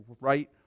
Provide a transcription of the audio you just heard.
right